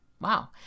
Wow